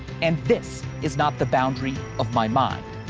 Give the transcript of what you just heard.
and this is not the boundary of my mind.